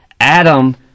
Adam